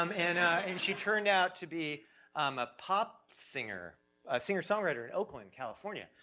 um and, and she turned out to be um a pop singer, a singer songwriter in oakland, california,